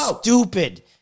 stupid